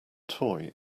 toy